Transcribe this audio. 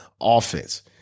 offense